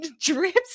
drips